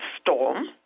storm